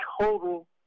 total